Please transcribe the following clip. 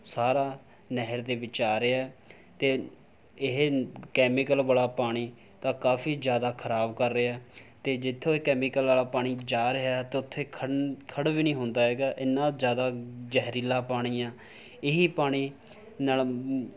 ਸਾਰਾ ਨਹਿਰ ਦੇ ਵਿੱਚ ਆ ਰਿਹਾ ਅਤੇ ਇਹ ਕੈਮੀਕਲ ਵਾਲਾ ਪਾਣੀ ਤਾਂ ਕਾਫੀ ਜ਼ਿਆਦਾ ਖਰਾਬ ਕਰ ਰਿਹਾ ਅਤੇ ਜਿੱਥੋਂ ਇਹ ਕੈਮੀਕਲ ਵਾਲਾ ਪਾਣੀ ਜਾ ਰਿਹਾ ਤਾਂ ਉੱਥੇ ਖਣ ਖੜ੍ਹ ਵੀ ਨਹੀਂ ਹੁੰਦਾ ਹੈਗਾ ਐਨਾ ਜ਼ਿਆਦਾ ਜ਼ਹਿਰੀਲਾ ਪਾਣੀ ਆ ਇਹੀ ਪਾਣੀ ਨਾਲ